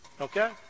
okay